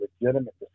legitimate